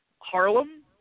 Harlem